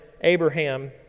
Abraham